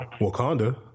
Wakanda